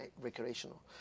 recreational